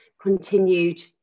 continued